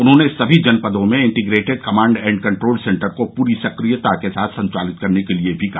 उन्होंने सभी जनपदों में integrated command and control centre को पूरी सक्रियता के साथ संचालित करने के लिये भी कहा